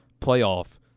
playoff